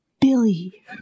Billy